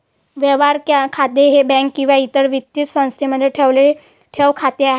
व्यवहार खाते हे बँक किंवा इतर वित्तीय संस्थेमध्ये ठेवलेले ठेव खाते आहे